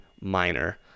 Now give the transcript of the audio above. minor